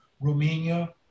Romania